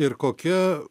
ir kokia